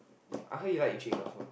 I heard he like Yi Ching also